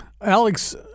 Alex